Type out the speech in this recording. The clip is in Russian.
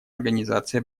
организации